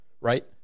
right